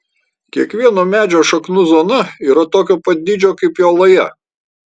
kiekvieno medžio šaknų zona yra tokio pat dydžio kaip jo laja